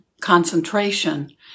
concentration